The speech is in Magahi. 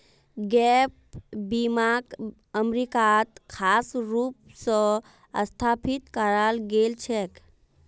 गैप बीमाक अमरीकात खास रूप स स्थापित कराल गेल छेक